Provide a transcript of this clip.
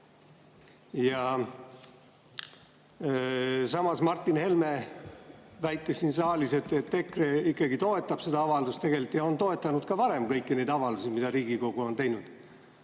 Samas, Martin Helme väitis siin saalis, et EKRE ikkagi toetab seda avaldust ja on toetanud ka varem kõiki neid avaldusi, mida Riigikogu on teinud.